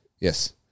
Yes